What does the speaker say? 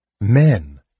Men